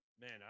Man